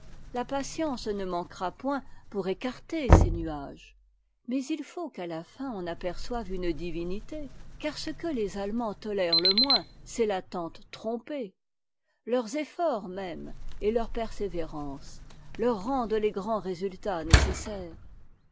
la patience ne manquera point pour écarter ces nuages mais il faut qu'à la fin on aperçoive une divinité car ce que les allemands tolèrent le moins c'est l'attente trompée leurs efforts mêmes et leur persévérance leur rendent les grands résultats nécessaires